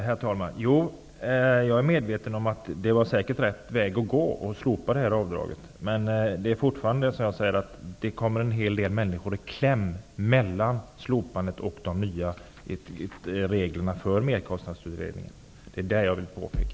Herr talman! Jag är medveten om att det säkert var rätt väg att gå att slopa det här avdraget. Men jag anser fortfarande att en hel del människor kommer i kläm efter slopandet av avdraget och innan de nya reglerna från Merkostnadsutredningen träder i kraft. Det är detta jag vill påpeka.